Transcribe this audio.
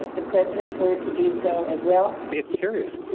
the president were to do so as well. it's serious.